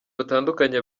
batandukanye